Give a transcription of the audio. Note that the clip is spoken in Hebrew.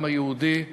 העם היהודי,